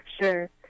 sure